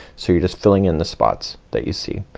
so you're just filling in the spots that you see.